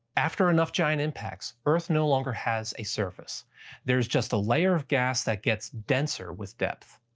after enough giant impacts, earth no longer has a surface there's just a layer of gas that gets denser with depth.